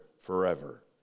forever